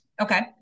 Okay